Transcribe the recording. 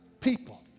people